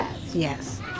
Yes